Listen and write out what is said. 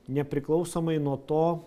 nepriklausomai nuo to